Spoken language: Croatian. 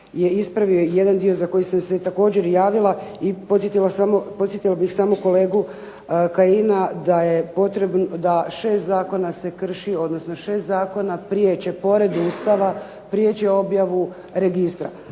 je ispravio jedan dio za koji sam se također javila. I podsjetila bih samo kolegu Kajina da je 6 zakona se krši, odnosno 6 zakona prije će pored Ustava prijeći objavu registra.